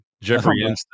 Jeffrey